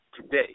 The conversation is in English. today